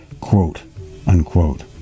quote-unquote